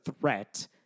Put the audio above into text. threat